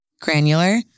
granular